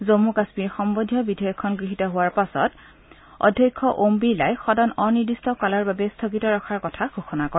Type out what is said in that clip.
জম্মু কাশ্মীৰ সম্বন্ধীয় বিধেয়কখন গৃহীত হোৱাৰ পাছত অধ্যক্ষ ওম বিৰলাই সদন অনিৰ্দিষ্ট কালৰ বাবে স্থগিত ৰখাৰ কথা ঘোষণা কৰে